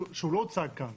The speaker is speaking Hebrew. שהוא לא הוצג כאן,